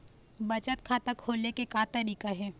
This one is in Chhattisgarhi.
बचत खाता खोले के का तरीका हे?